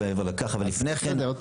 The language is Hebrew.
ולפני כן גולחו